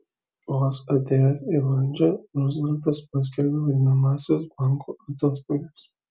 vos atėjęs į valdžią ruzveltas paskelbė vadinamąsias bankų atostogas